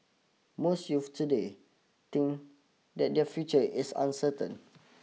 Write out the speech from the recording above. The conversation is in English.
most youth today think that their future is uncertain